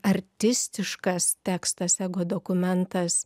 artistiškas tekstas ego dokumentas